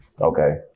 okay